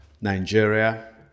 Nigeria